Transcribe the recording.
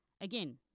again